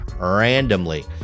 Randomly